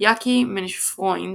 יקי מנשפרוינד,